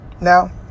now